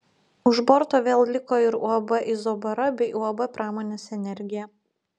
už borto vėl liko ir uab izobara bei uab pramonės energija